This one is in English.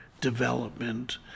development